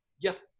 yes